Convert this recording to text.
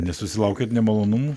nesusilaukėt nemalonumų